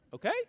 Okay